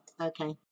Okay